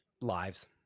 lives